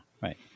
Right